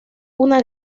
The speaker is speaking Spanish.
una